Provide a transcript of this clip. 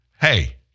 hey